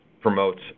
promotes